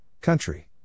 Country